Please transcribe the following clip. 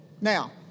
Now